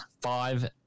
Five